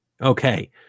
Okay